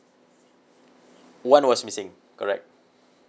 one was missing correct